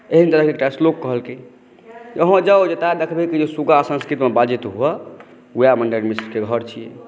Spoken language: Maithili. एहन तरहक एकटा श्लोक कहलकै अहाँ जाउ जतय देखबै सुग्गा संस्कृतमे बाजैत हुए वएह मण्डन मिश्रके घर छियै